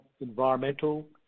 environmental